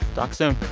talk soon